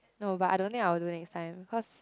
no but I don't think I will do next time cause